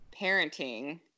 parenting